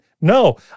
No